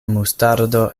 mustardo